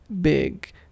big